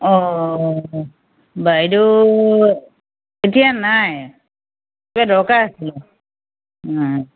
অঁ বাইদেউ এতিয়া নাই কিবা দৰকাৰ আছিলে